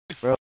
Bro